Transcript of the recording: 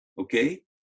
okay